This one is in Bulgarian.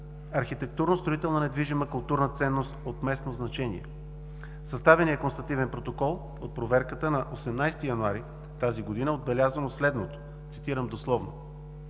архитектурно-строителна недвижима културна ценност с местно значение. Съставеният констативен протокол на проверката на 18 януари 2018 г. е отбелязано следното, цитирам дословно: